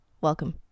Welcome